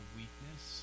weakness